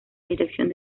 dirección